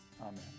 Amen